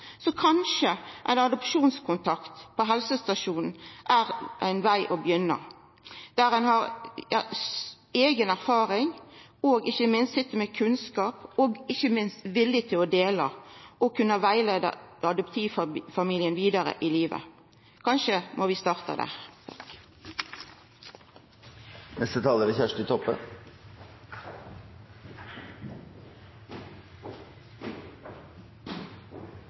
Så kanskje ein adopsjonskontakt ved helsestasjonen er ein stad å begynna, der ein har eiga erfaring, sit med kunnskap og ikkje minst er villig til å dela og rettleia adoptivfamilien vidare i livet. Kanskje må vi starta der.